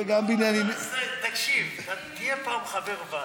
וגם בגלל, תקשיב, תהיה פעם חבר ועד.